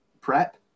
prep